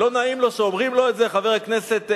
לא נעים לו שאומרים לו את זה, חבר הכנסת אלדד,